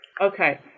okay